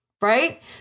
right